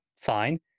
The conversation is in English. fine